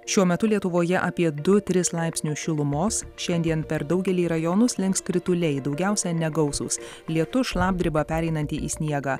šiuo metu lietuvoje apie du tris laipsnių šilumos šiandien per daugelį rajonų slinks krituliai daugiausia negausūs lietus šlapdriba pereinanti į sniegą